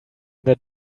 that